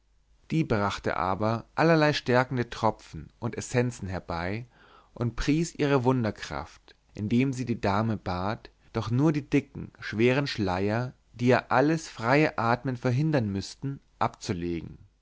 die brachte aber allerlei stärkende tropfen und essenzen herbei und pries ihre wunderkraft indem sie die dame bat doch nur die dicken schweren schleier die ihr alles freie atmen verhindern müßten abzulegen